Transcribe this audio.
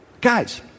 Guys